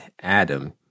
Adam